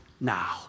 now